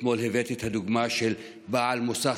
אתמול הבאתי את הדוגמה של בעל מוסך